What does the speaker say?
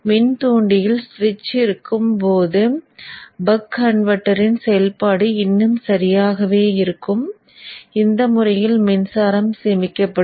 மின்தூண்டியில் சுவிட்ச் இருக்கும் போது பக் கன்வெர்ட்டரின் செயல்பாடு இன்னும் சரியாகவே இருக்கும் இந்த முறையில் மின்சாரம் சேமிக்கப்படும்